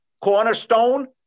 cornerstone